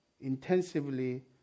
intensively